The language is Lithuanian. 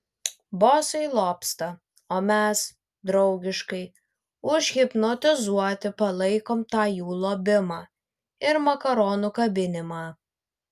bosai lobsta o mes draugiškai užhipnotizuoti palaikom tą jų lobimą ir makaronu kabinimą